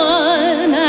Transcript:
one